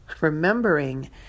remembering